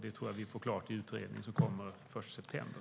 Det tror jag vi får klarlagt i utredningen som kommer den 1 september.